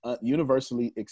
universally